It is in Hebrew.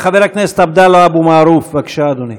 חבר הכנסת עבדאללה אבו מערוף, בבקשה, אדוני.